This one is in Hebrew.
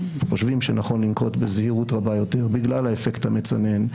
חושבים שנכון לנקוט בזהירות רבה יותר בגלל האפקט המצנן,